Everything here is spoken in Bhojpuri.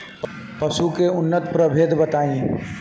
पशु के उन्नत प्रभेद बताई?